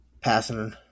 passing